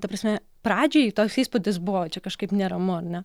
ta prasme pradžiai toks įspūdis buvo čia kažkaip neramu ar ne